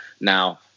Now